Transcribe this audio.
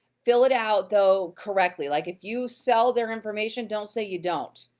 fill it out though correctly. like, if you sell their information, don't say you don't.